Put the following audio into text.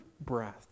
breath